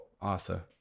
Arthur